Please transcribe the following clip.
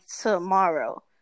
tomorrow